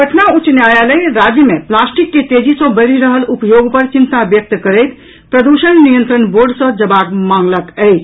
पटना उच्च न्यायालय राज्य मे प्लास्टिक के तेजी सैं बढ़ि रहल उपयोग पर चिंता व्यक्त करैत प्रदूषण नियंत्रण बोर्ड सँ जवाब मांगलकि अछि